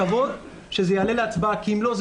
אנחנו מקווים שזה יעלה להצבעה כי אם לא זה